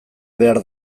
behar